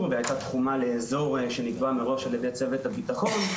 והייתה תחומה לאזור שנקבע מראש על ידי צוות הביטחון.